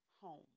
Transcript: home